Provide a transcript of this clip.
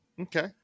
Okay